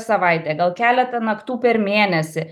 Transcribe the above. savaitę gal keletą naktų per mėnesį